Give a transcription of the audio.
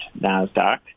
NASDAQ